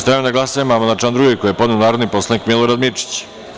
Stavljam na glasanje amandman na član 2. koji je podneo narodni poslanik Milorad Mirčić.